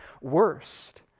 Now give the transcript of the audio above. worst